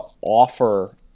offer